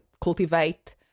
cultivate